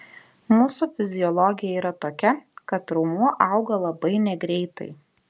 mūsų fiziologija yra tokia kad raumuo auga labai negreitai